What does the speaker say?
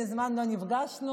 מזמן לא נפגשנו.